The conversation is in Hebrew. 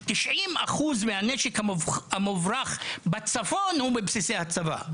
ש-90% מהנשק המוברח בצפון הוא מבסיסי הצבא,